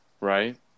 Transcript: right